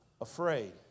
afraid